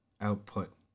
output